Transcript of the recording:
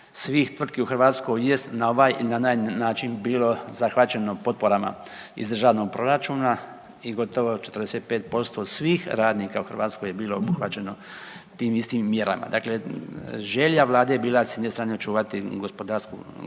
svih tvrtki u Hrvatskoj jest na ovaj ili na onaj način bilo zahvaćeno potporama iz državnog proračuna i gotovo 45% svih radnika u Hrvatskoj je bilo obuhvaćeno tim istim mjerama. Dakle, želja Vlade je bila s jedne strane očuvati gospodarsku